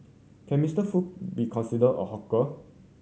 can Mister Foo be considered a hawker